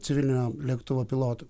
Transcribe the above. civilinio lėktuvo pilotu